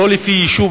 לא לפי יישוב,